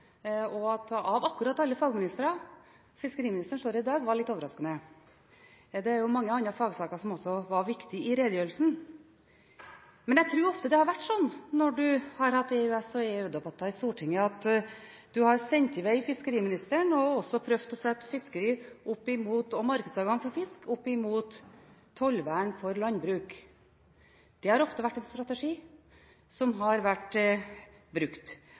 At akkurat fiskeriministeren – av alle fagministere – skulle stå her i dag, var litt overraskende. Det var jo mange andre fagsaker som også var viktige i redegjørelsen. Men jeg tror ofte det har vært slik når man har hatt EU- og EØS-debatter i Stortinget; at man har sendt i veg fiskeriministeren og også prøvd å sette fiskeri og markedsadgang for fisk opp mot tollvern for landbruk. Dette har man ofte brukt som strategi. Det har